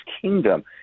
kingdom